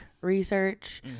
research